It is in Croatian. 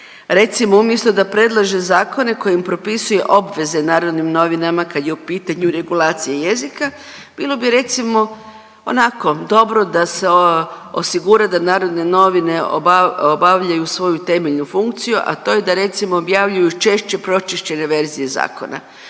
Recimo umjesto da predlaže zakone kojim propisuje obveze Narodnim novinama kad je u pitanju regulacija jezika bilo bi recimo onako dobro da se osigura da Narodne novine obavljaju svoju temeljnu funkciju, a to je da recimo objavljuju češće pročišćene verzije zakona.